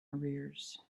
arrears